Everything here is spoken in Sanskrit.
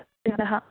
पुनः